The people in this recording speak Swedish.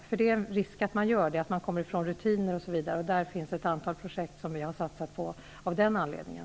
Det finns annars en risk för att ungdomar gör det när de kommer bort från rutiner, osv. Det finns ett antal projekt som vi har satsat på av den anledningen.